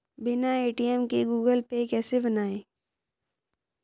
बिना ए.टी.एम के Google Pay कैसे बनायें?